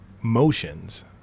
motions